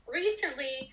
recently